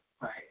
right